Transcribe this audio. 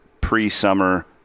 pre-summer